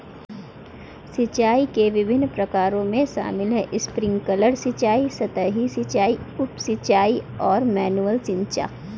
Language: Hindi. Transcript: सिंचाई के विभिन्न प्रकारों में शामिल है स्प्रिंकलर सिंचाई, सतही सिंचाई, उप सिंचाई और मैनुअल सिंचाई